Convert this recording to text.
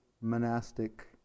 monastic